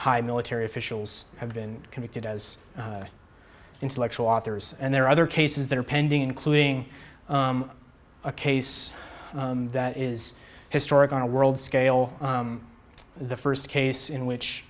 high military officials have been convicted as intellectual authors and there are other cases that are pending including a case that is historic on a world scale the first case in which